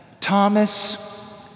Thomas